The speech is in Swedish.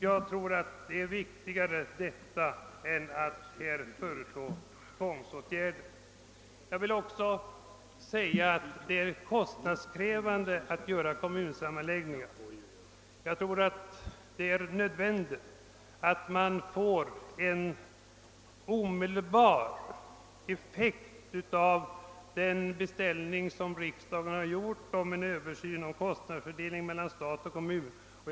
Jag tror detta är viktigare än att föreslå tvångsåtgärder. Det är också ofta kostnadskrävande att genomföra kommunsammanläggningar. Det är därför nödvändigt att man får en omedelbar effektuering av den beställning riksdagen har gjort om en översyn av kostnadsfördelningen mellan stat och kommun.